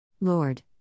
Lord